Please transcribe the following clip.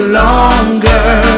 longer